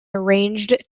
arranged